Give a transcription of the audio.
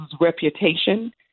reputation